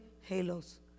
halos